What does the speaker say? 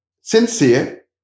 sincere